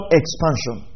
expansion